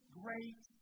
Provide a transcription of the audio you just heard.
great